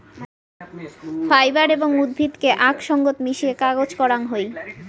fibre এবং উদ্ভিদকে আক সঙ্গত মিশিয়ে কাগজ করাং হই